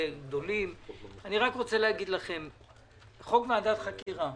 קובע שאם ראתה הממשלה שקיים עניין שהוא